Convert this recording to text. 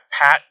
Pat